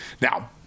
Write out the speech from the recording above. Now